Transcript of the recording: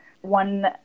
one